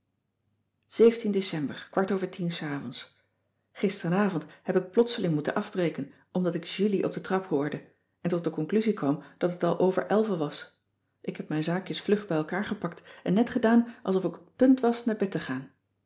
december kwart over tien s avonds gisterenavond heb ik plotseling moeten afbreken omdat ik julie op de trap hoorde en tot de conclusie kwam dat t al over elven was ik heb mijn zaakjes vlug bij elkaar gepakt en net gedaan alsof ik op t punt was naar bed te gaan